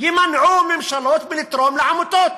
יימנעו ממשלות מלתרום לעמותות.